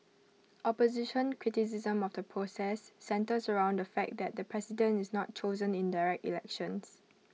opposition criticism of the process centres around the fact that the president is not chosen in direct elections